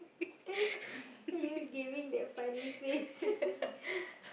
why you giving that funny face